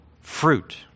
fruit